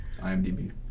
IMDb